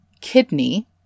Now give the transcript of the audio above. kidney